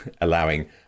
allowing